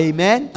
Amen